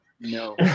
No